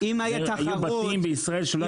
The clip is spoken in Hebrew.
והיו בתים בישראל שלא היו נכנסים אליהם מוצרי חלב בכלל.